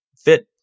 fit